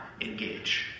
engage